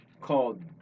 called